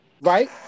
right